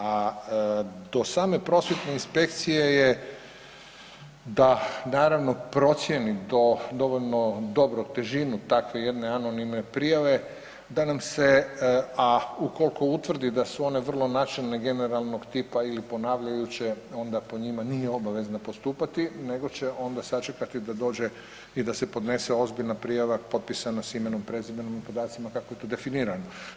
A do same prosvjetne inspekcije je da naravno procijeni to dovoljno dobro težinu takve jedne anonimne prijave da nam se, a ukolko utvrdi da su one vrlo načelne generalnog tipa ili ponavljajuće onda po njima nije obavezno postupati nego će onda sačekati da dođe i da se podnese ozbiljna prijava potpisana s imenom i prezimenom i podacima kako je to definirano.